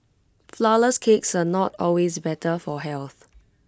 Flourless Cakes are not always better for health